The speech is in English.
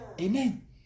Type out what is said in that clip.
Amen